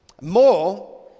More